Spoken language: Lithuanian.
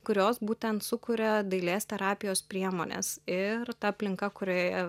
kurios būtent sukuria dailės terapijos priemones ir ta aplinka kurioje